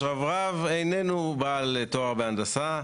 השרברב איננו בעל תואר בהנדסה,